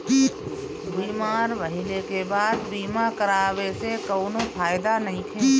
बीमार भइले के बाद बीमा करावे से कउनो फायदा नइखे